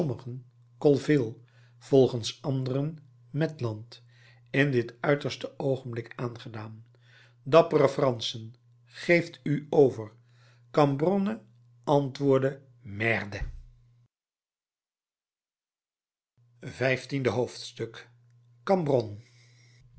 colville volgens anderen maitland in dit uiterste oogenblik aangedaan dappere franschen geeft u over cambronne antwoordde merde vijftiende hoofdstuk cambronne